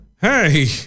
hey